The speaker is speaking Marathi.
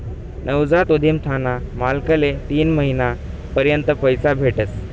नवजात उधिमताना मालकले तीन महिना पर्यंत पैसा भेटस